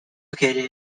located